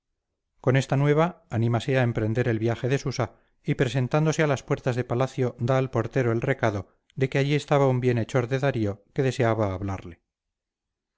con esta nueva anímase a emprender el viaje de susa y presentándose a las puertas de palacio da al portero el recado de que allí estaba un bienhechor de darío que deseaba hablarle